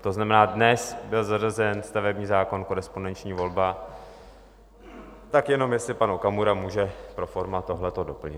To znamená, dnes byl zařazen stavební zákon, korespondenční volba, tak jenom jestli pan Okamura může pro forma tohleto doplnit.